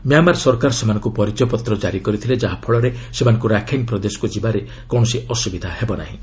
Myanmar ସରକାର ସେମାନଙ୍କୁ ପରିଚୟପତ୍ର କାରି କରିଥିଲେ ଯାହା ଫଳରେ ସେମାନଙ୍କୁ ରାଖାଇନ୍ ପ୍ରଦେଶକ୍ ଯିବାରେ କୌଣସି ଅସ୍ତବିଧା ହେବ ନାହିଁ